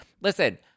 Listen